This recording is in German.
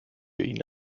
ihn